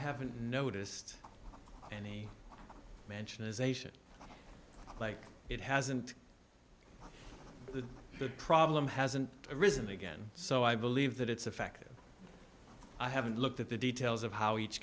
haven't noticed any mention ization like it hasn't the problem hasn't arisen again so i believe that it's a fact that i haven't looked at the details of how each